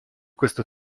questo